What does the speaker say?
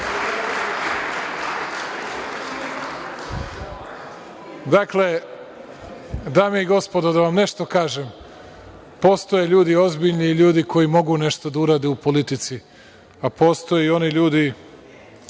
dame i gospodo, da vam nešto kažem, postoje ljudi ozbiljni i ljudi koji mogu nešto da urade u politici, a postoje i oni ljudi